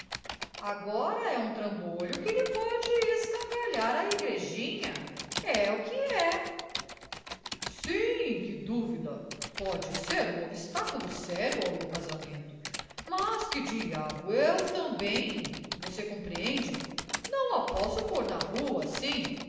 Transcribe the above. agora é um trambolho que lhe pode escangalhar a igrejinha é o que é sim que dúvida pode ser um obstáculo sério ao meu casamento mas que diabo eu também você compreende não a posso pôr na rua assim